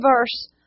verse